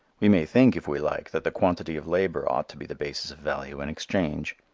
we may think, if we like, that the quantity of labor ought to be the basis of value and exchange.